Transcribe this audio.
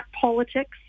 politics